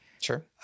Sure